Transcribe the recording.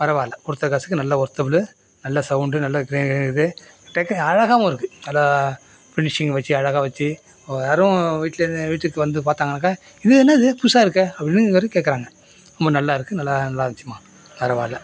பரவாயில்ல கொடுத்த காசுக்கு நல்ல ஒர்த்தபுலு நல்ல சவுண்ட் நல்ல நல்ல கிணீர் கிணீர்ங்குது டெக் அழகாகவும் இருக்குது நல்லா ஃபினிஷிங் வச்சு அழகாக வச்சு யாரும் வீட்லேருந்து வீட்டுக்கு வந்து பாத்தாங்கனாக்க இது என்னது புதுசாக இருக்கே அப்படின்னு இது வரையும் கேட்குறாங்க ரொம்ப நல்லா இருக்குது நல்லா இருந்துச்சுமா பரவாயில்ல